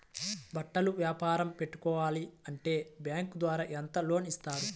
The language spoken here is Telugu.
బట్టలు వ్యాపారం పెట్టుకోవాలి అంటే బ్యాంకు ద్వారా ఎంత లోన్ ఇస్తారు?